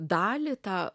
dalį tą